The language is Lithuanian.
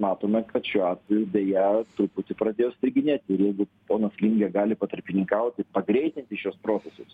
matome kad šiuo atveju deja truputį pradės striginėt ir jeigu ponas lingė gali patarpininkauti pagreitinti šiuos procesus